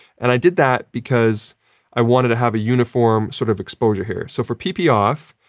and i did that because i wanted to have a uniform sort of exposure here. so, for pp off,